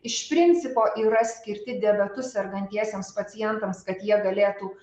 iš principo yra skirti diabetu sergantiesiems pacientams kad jie galėtų